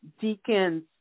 deacons